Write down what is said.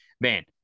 man